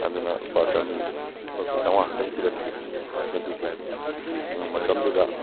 ꯑꯗꯨꯅ ꯂꯨꯄꯥ ꯆꯥꯝꯃꯔꯤ ꯆꯥꯝꯃꯉꯥ ꯈꯛꯇꯪ ꯄꯤꯔꯛꯈꯤ ꯑꯗꯨꯕꯨ ꯃꯇꯝꯗꯨꯗ